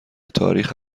تاریخ